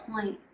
point